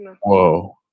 Whoa